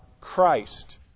Christ